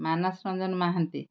Manas Ranjan Mohanty